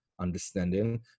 understanding